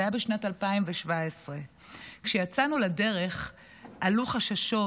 זה היה בשנת 2017. כשיצאנו לדרך עלו חששות